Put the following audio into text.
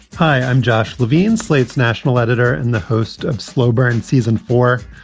hi, i'm josh levine, slate's national editor and the host of slow burn season four.